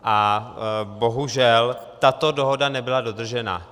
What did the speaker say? A bohužel, tato dohoda nebyla dodržena.